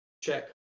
check